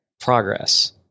progress